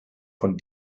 von